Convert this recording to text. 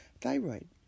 thyroid